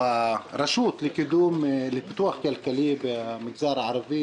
והיא הרשות לפיתוח כלכלי במגזר הערבי,